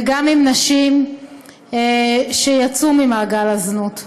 וגם עם נשים שיצאו ממעגל הזנות.